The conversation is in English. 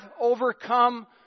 overcome